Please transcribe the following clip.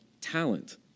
talent